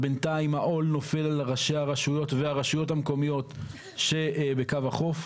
בינתיים העול נופל על ראשי הרשויות והרשויות המקומיות שבקו החוף.